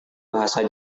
bahasa